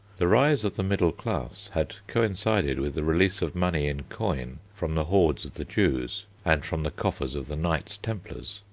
the rise of the middle class had coincided with the release of money in coin from the hoards of the jews, and from the coffers of the knights templars,